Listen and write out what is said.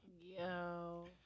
Yo